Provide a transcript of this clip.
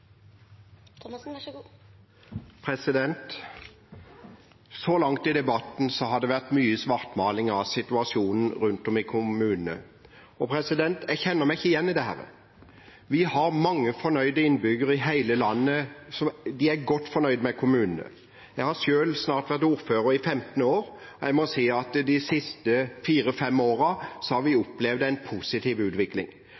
og sykehjemsplasser. Så langt i debatten har det vært mye svartmaling av situasjonen rundt om i kommunene. Jeg kjenner meg ikke igjen i dette. Vi har mange innbyggere i hele landet som er godt fornøyde med kommunene. Jeg har selv snart vært ordfører i 15 år, og jeg må si at de siste fire–fem årene har vi